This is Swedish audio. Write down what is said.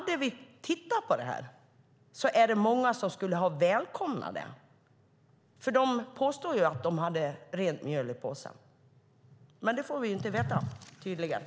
Det är många som skulle ha välkomnat att vi hade tittat på det här. De påstår ju att de hade rent mjöl i påsen. Men det får vi tydligen inte veta.